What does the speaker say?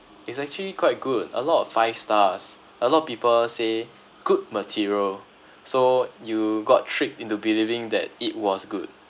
it's actually quite good a lot of five stars a lot of people say good material so you got tricked into believing that it was good